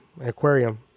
aquarium